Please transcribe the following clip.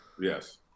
Yes